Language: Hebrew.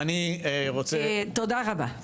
תודה רבה.